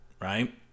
right